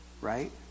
right